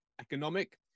economic